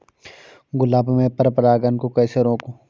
गुलाब में पर परागन को कैसे रोकुं?